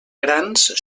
grans